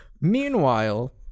Meanwhile